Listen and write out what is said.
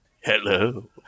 Hello